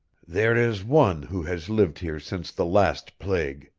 there is one who has lived here since the last plague,